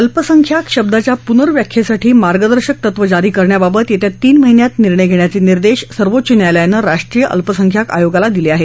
अल्पसंख्याक शब्दाच्या पुनव्याख्येसाठी मार्गदर्शक तत्वं जारी करण्याबाबत येत्या तीन महिन्यात निर्णय घेण्याचे निर्देश सर्वोच्च न्यायालयानं राष्ट्रीय अल्पसंख्याक आयोगाला दिले आहेत